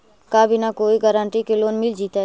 का बिना कोई गारंटी के लोन मिल जीईतै?